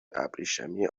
ابریشمی